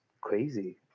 crazy